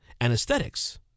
anesthetics